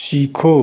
सीखो